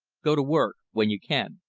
go to work when you can.